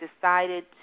decided